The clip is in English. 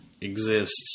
exists